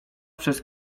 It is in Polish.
przez